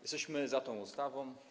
Jesteśmy za tą ustawą.